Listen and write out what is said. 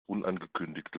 unangekündigte